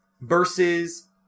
versus